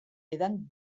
edan